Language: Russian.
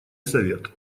совет